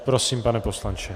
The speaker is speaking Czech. Prosím, pane poslanče.